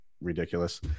ridiculous